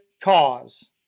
cause